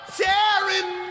tearing